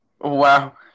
Wow